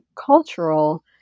cultural